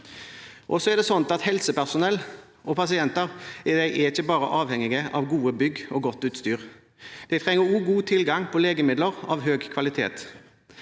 helsepersonell og pasienter ikke bare er avhengig av gode bygg og godt utstyr. Man trenger også god tilgang på legemidler av høy kvalitet.